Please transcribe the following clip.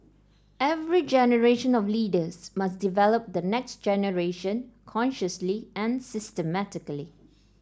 every generation of leaders must develop the next generation consciously and systematically